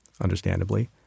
understandably